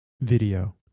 video